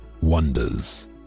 wonders